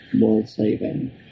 world-saving